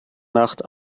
nacht